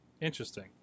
Interesting